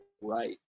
right